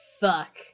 fuck